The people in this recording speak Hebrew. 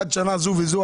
עד שנה זו וזו,